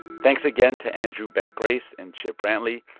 thanks again to andrew beck grace and chip brantley.